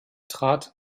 trat